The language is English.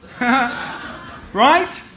Right